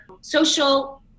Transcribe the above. social